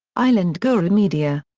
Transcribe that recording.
islandguru media.